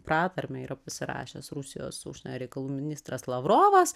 pratarmę yra pasirašęs rusijos užsienio reikalų ministras lavrovas